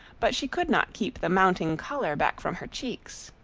but she could not keep the mounting color back from her cheeks.